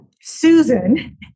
Susan